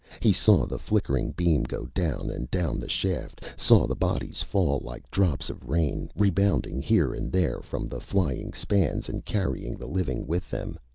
he saw the flickering beam go down and down the shaft, saw the bodies fall like drops of rain, rebounding here and there from the flying spans and carrying the living with them.